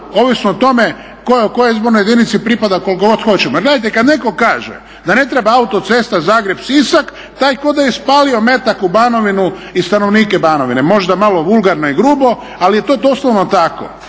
ovisno o tome kojoj izbornoj jedinici pripada koliko god hoćemo. Jer gledajte, kada netko kaže da ne treba autocesta Zagrebe-Sisak taj kao da je ispalio metak u Banovinu i stanovnike Banovine, možda malo vulgarno i grubo ali je to doslovno tako.